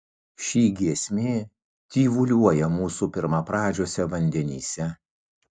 ši giesmė tyvuliuoja mūsų pirmapradžiuose vandenyse